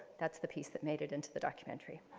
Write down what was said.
that's the piece that made it into the documentary